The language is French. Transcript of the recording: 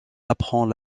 apprend